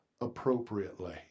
appropriately